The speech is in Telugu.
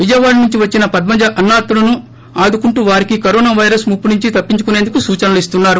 విజయవాడ నుంచి వచ్చిన పద్మజ అన్నార్తులను ఆడుకుంటూ వారికొ కరోనా పైరస్ ముప్పు నుంచి తప్పించుకునేందుకు సూచనలు ఇస్తున్నారు